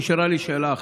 נשארה לי שאלה אחת.